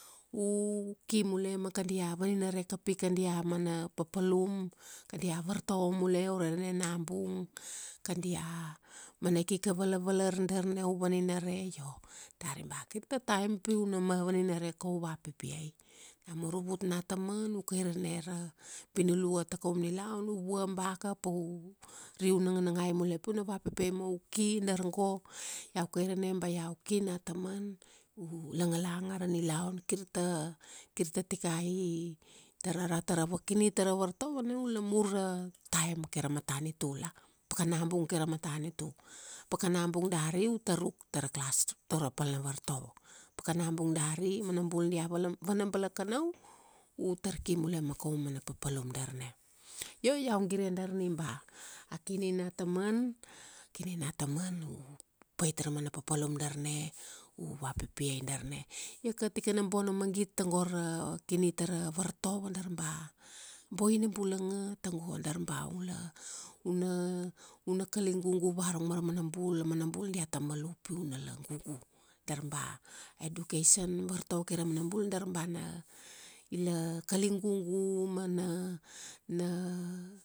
u ki mule ma kadia, vaninare kapi kadia mana papalum, kadia vartovo mule ure enena bung, kadia mana ikika valavalar darna u vaninare io, dari ba kir ta time pi una ma, vaninare koum vapipiai. Namur u vut nataman, u kairane ra binilua ta kaum nilaun, u vua baka pau, riu nanganangai mule piuna vapipiai. Ma u ki dar go, iau kairene ba iau ki nataman, u, langalanga ra nilaun. Kir tatikai i, dar ara tara va, kini tara vartovo na ula mur ra, taim kaira matanitu la? Pakana bung kai ra matanitu. Pakana bung dari, u tar ruk tara class, tara pal na vartovo. Pakana bung dari a mana bul dia van- vana balakanau, u tar ki mule ma kaum mana papalum dar na. Io iau gire darni ba, a kini nataman, kini nataman u, pait ra mana papalum darna, u vapipia darna. Iaka tikana bona magit tago ra, kini tara vartovo, darba, boina bulanga tago, darba ula, una una kaligugu varurung mara mana bul. A mana bul diata mal u piu na la gugu. Dar ba, a education, vartovo kai ra manabul darba na, ila kaligugu mana, na